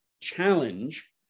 challenge